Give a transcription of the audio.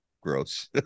Gross